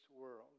world